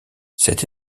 cette